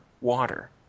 water